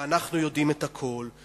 ואנחנו יודעים את הכול,